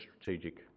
strategic